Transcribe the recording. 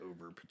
over